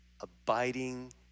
abiding